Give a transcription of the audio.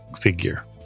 figure